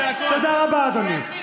תודה רבה, אדוני.